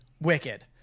Wicked